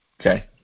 Okay